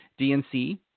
DNC